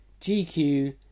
GQ